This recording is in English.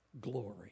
glory